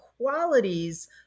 qualities